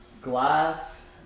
Glass